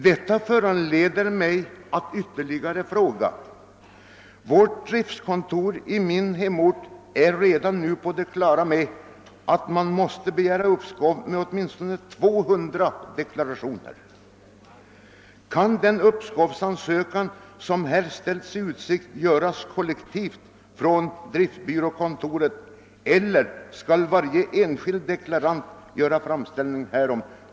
Detta föranleder mig att — mot bakgrund av att Lantbruksförbundets driftkontor i min hemort redan nu är på det klara med att man måste begära uppskov med åtminstone 200 deklarationer — ställa ytterligare en fråga: Kan ansökan om det uppskov som här ställts i utsikt göras kollektivt från driftbyråkontoret eller skall varje enskild deklarant göra framställning om uppskov?